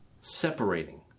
separating